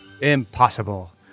Impossible